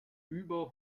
über